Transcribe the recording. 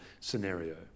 scenario